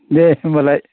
दे होमब्लाय